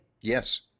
Yes